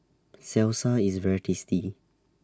Salsa IS very tasty